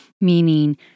Meaning